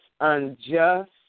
unjust